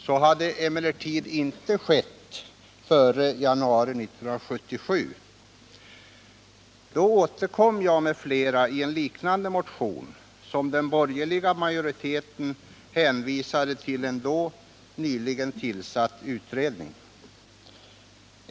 Så hade emellertid inte skett före januari 1977. Då återkom jag m.fl. i en liknande motion, som den borgerliga majoriteten hänvisade till en då nyligen tillsatt utredning.